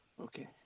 Okay